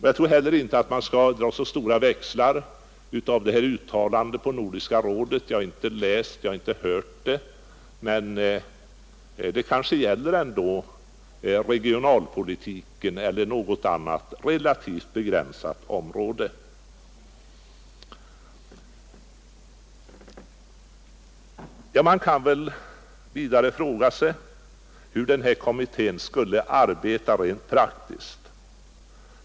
Jag tror inte heller att man skall dra alltför stora växlar på statsministerns uttalande vid Nordiska rådet; jag har inte läst det eller hört det, men det kanske ändå gäller regionalpolitiken eller något annat relativt begränsat område. Man kan vidare fråga sig hur den föreslagna kommittén skulle arbeta rent praktiskt.